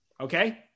Okay